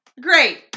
Great